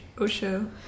Osho